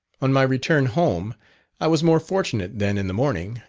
on my return home i was more fortunate than in the morning,